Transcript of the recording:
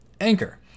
Anchor